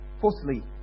Fourthly